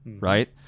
Right